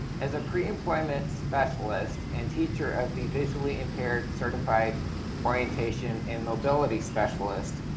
as a preemployment specialist and teacher of the visually impaired certified orientation and mobility specialist,